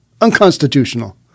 Unconstitutional